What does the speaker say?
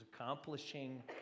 accomplishing